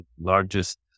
largest